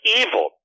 evil